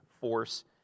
force